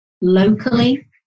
locally